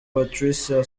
patricia